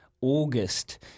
August